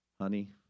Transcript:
Honey